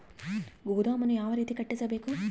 ಗೋದಾಮನ್ನು ಯಾವ ರೇತಿ ಕಟ್ಟಿಸಬೇಕು?